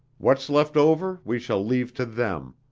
what's left over we shall leave to them,